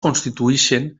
constituïxen